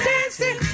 dancing